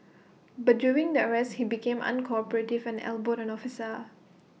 but during the arrest he became uncooperative and elbowed an officer